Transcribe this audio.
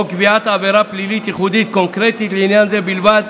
קביעת עבירה פלילית ייחודית קונקרטית לעניין זה בלבד,